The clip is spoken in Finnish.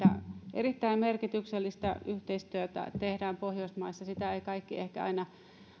erittäin merkityksellistä yhteistyötä tehdään pohjoismaissa sitä eivät kaikki ehkä aina